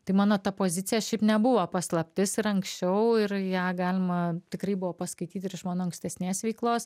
tai mano ta pozicija šiaip nebuvo paslaptis ir anksčiau ir ją galima tikrai buvo paskaityti ir iš mano ankstesnės veiklos